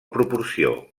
proporció